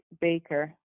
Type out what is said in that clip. baker